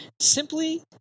Simply